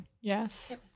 Yes